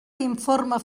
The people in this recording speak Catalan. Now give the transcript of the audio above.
informe